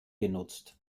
genutzt